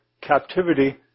captivity